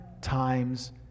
times